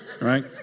right